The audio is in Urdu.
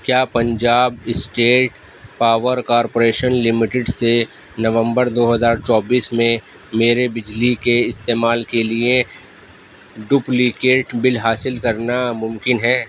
کیا Punjab state power corporation limited سے نومبر دو ہزار چوبیس میں میرے بجلی کے استعمال کے لیے ڈپلیکیٹ بل حاصل کرنا ممکن ہے